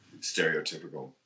stereotypical